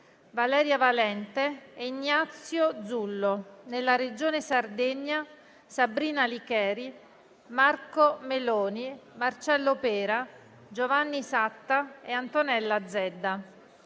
Valeria Valente e Ignazio Zullo; nella Regione Sardegna: Sabrina Licheri, Marco Meloni, Marcello Pera, Giovanni Satta e Antonella Zedda;